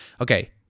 Okay